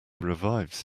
revives